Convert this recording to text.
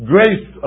Grace